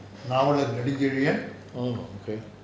oh okay